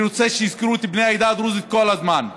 אני רוצה שיזכרו את בני העדה הדרוזית כל הזמן.